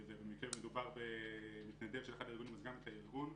ובמקרה שמדובר במתנדב של אחד הארגונים אז גם את הארגון.